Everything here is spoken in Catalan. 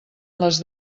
les